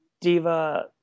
diva